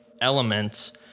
elements